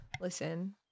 listen